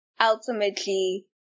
ultimately